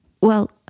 Well